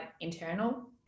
internal